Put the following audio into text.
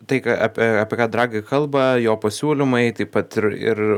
tai ką apie apie dragi kalba jo pasiūlymai taip pat ir ir